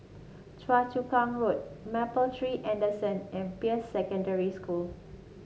Choa Chu Kang Road Mapletree Anson and Peirce Secondary School